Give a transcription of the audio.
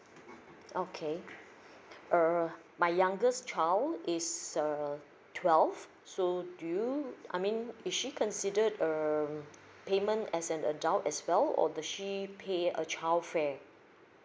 okay err my youngest child is err twelve so do you I mean if she considered um payment as an adult as well or does she pay a child fare